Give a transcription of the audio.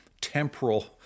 temporal